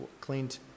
cleaned